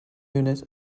unit